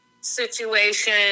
situation